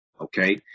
okay